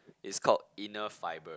it's called inner fiber